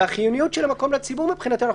החיוניות של המקום לציבור מבחינתנו,